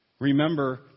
Remember